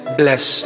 bless